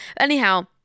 Anyhow